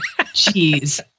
Jeez